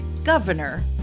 governor